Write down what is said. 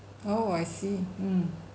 oh I see